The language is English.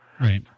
Right